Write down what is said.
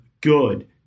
good